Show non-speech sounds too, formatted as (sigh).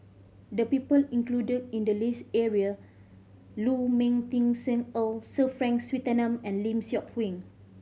the people included in the list area Lu Ming Teh (unintelligible) Sir Frank Swettenham and Lim Seok Hui